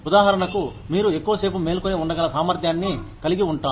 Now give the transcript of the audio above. ఉదాహరణకు మీరు ఎక్కువసేపు మేలుకొని ఉండగల సామర్థ్యాన్ని కలిగి ఉంటారు